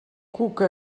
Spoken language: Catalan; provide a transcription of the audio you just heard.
cuca